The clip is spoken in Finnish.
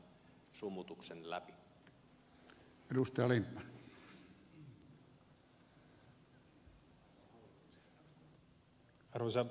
arvoisa puhemies